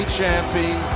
champion